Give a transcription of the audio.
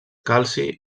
calci